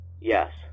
yes